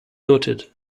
noted